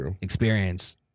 experience